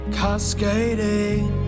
cascading